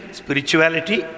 spirituality